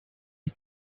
his